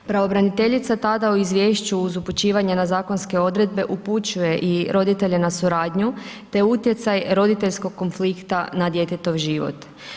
Pravobraniteljica tada u izvješću uz upućivanje na zakonske odredbe upućuje i roditelje na suradnju te utjecaj roditeljskog konflikta na djetetov život.